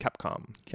Capcom